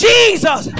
Jesus